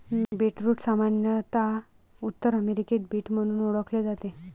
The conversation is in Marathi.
बीटरूट सामान्यत उत्तर अमेरिकेत बीट म्हणून ओळखले जाते